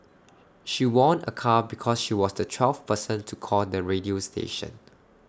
she won A car because she was the twelfth person to call the radio station